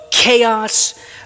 chaos